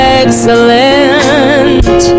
excellent